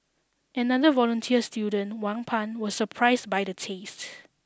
another volunteer student Wang Pan was surprised by the tastes